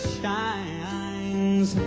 shines